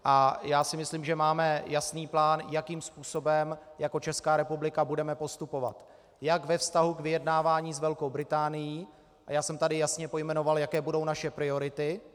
A já si myslím, že máme jasný plán, jakým způsobem jako Česká republika budeme postupovat jak ve vztahu k vyjednávání s Velkou Británií a já jsem tady jasně pojmenoval, jaké budou naše priority.